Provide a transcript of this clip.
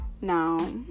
Now